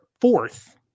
fourth